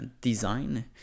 design